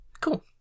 cool